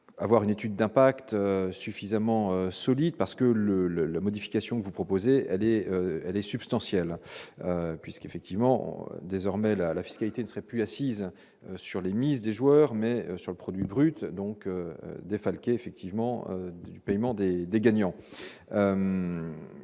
avoir une étude d'impact suffisamment solide, parce que le le la modification vous proposez, elle est, elle est substantiel puisque effectivement désormais la la fiscalité ne serait puis assise sur les mises des joueurs, mais sur le produit brut donc défalquer effectivement du paiement des des gagnants,